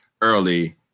early